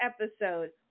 episode